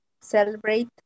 celebrate